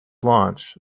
launch